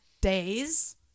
days